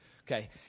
Okay